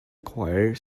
choir